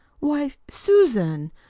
why, susan!